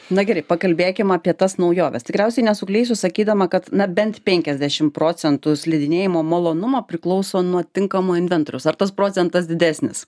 na gerai pakalbėkim apie tas naujoves tikriausiai nesuklysiu sakydama kad na bent penkiasdešim procentų slidinėjimo malonumo priklauso nuo tinkamo inventoriaus ar tas procentas didesnis